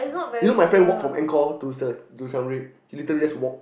you know my friend just walk from Angkor to the to Siam-Reap he literally just walk